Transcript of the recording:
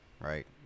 right